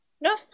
No